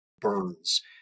burns